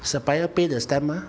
supplier pay the stamp mah